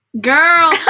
girl